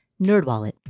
NerdWallet